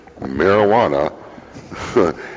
marijuana